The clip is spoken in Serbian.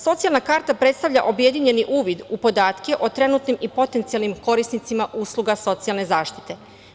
Socijalna karta predstavlja objedinjeni uvid u podatke o trenutnim i potencijalnim korisnicima usluga socijalne zaštite.